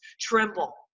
tremble